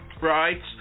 Right